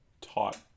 taught